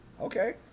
Okay